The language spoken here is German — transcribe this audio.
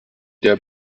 der